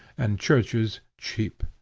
and churches, cheap.